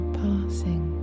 passing